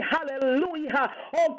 Hallelujah